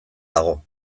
dago